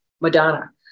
Madonna